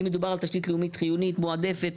מדובר על תשתית לאומית חיונית מועדפת,